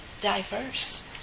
diverse